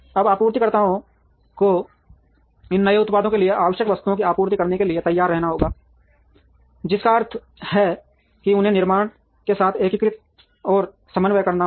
अब आपूर्तिकर्ताओं को इन नए उत्पादों के लिए आवश्यक वस्तुओं की आपूर्ति करने के लिए तैयार रहना होगा जिसका अर्थ है कि उन्हें निर्माता के साथ एकीकृत और समन्वय करना होगा